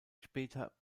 später